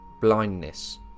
blindness